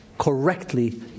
Correctly